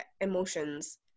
emotions